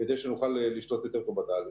כדי שנוכל לשלוט יותר טוב בתהליך.